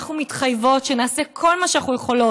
אנחנו מתחייבות שנעשה כל מה שאנחנו יכולות כדי